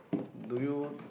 do you